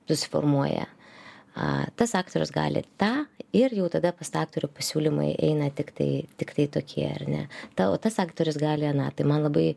susiformuoja a tas aktorius gali tą ir jau tada pas tą aktorių pasiūlymai eina tiktai tiktai tokie ar ne tavo tas aktorius gali aną tai man labai